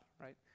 right